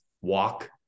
walk